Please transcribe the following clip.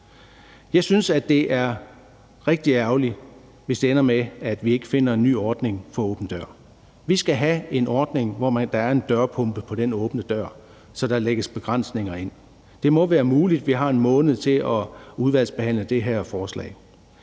Jeg synes, det er rigtig ærgerligt, hvis det ender med, at vi ikke finder en ny åben dør-ordning. Vi skal have en ordning, hvor der er en dørpumpe på den åbne dør, så der lægges begrænsninger ind. Det må være muligt. Vi har en måned til at udvalgsbehandle det her forslag.